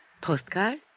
Postcard